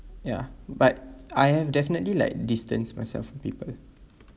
ya but I have definitely like distance myself from people